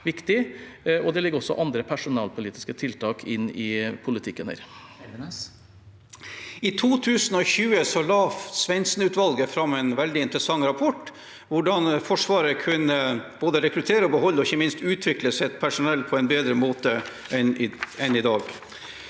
Det ligger også andre personalpolitiske tiltak inne i politikken her. Hårek Elvenes (H) I 2020 la Svendsen- utvalget fram en veldig interessant rapport om hvordan Forsvaret kunne både rekruttere, beholde og ikke minst utvikle sitt personell på en bedre måte enn i dag,